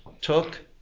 took